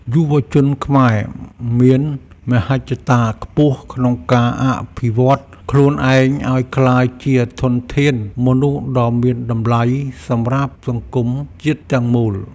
យុវវ័យខ្មែរមានមហិច្ឆតាខ្ពស់ក្នុងការអភិវឌ្ឍន៍ខ្លួនឯងឱ្យក្លាយជាធនធានមនុស្សដ៏មានតម្លៃសម្រាប់សង្គមជាតិទាំងមូល។